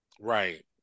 Right